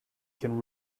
can